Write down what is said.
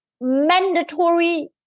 mandatory